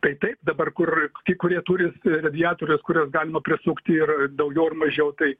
tai taip dabar kur kai kurie turi radiatorius kuriuos galima prisukti ir daugiau ar mažiau tai